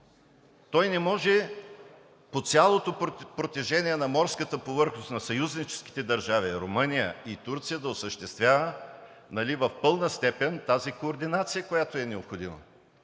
Не може по цялото протежение на морската повърхност на съюзническите държави Румъния и Турция да осъществява в пълна степен тази координация, която е необходима.